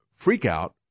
freakout